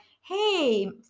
Hey